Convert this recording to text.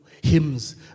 Hymns